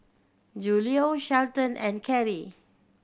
Julio Shelton and Carey